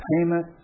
payment